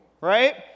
right